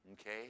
okay